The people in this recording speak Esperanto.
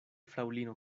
fraŭlino